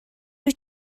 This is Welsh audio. wyt